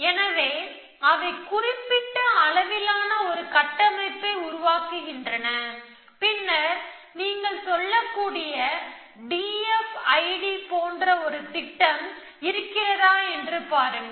எனவே அவை குறிப்பிட்ட அளவிலான ஒரு கட்டமைப்பை உருவாக்குகின்றன பின்னர் நீங்கள் சொல்லக்கூடிய D F I D போன்ற ஒரு திட்டம் இருக்கிறதா என்று பாருங்கள்